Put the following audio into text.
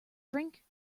drink